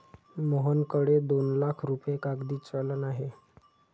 मोहनकडे दोन लाख रुपये कागदी चलन आहे